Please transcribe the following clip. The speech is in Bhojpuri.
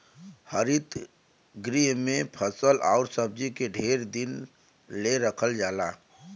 हरित गृह में फल आउर सब्जी के ढेर दिन ले रखल जाला